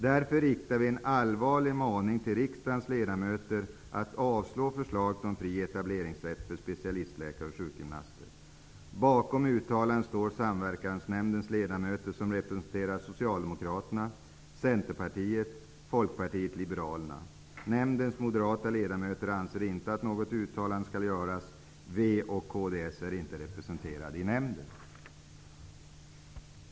Därför riktar vi en allvarlig maning till riksdagens ledamöter att avslå förslaget om fri etableringsrätt för specialistläkare och sjukgymnaster. Bakom uttalandet står samverkansnämndens ledamöter som representerar socialdemokraterna, centerpartiet och Folkpartiet-liberalerna. Nämndens moderata ledamöter anser inte att något uttalande skall göras. V och Kds är inte representerade i nämnden.''